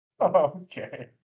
Okay